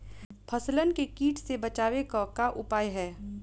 फसलन के कीट से बचावे क का उपाय है?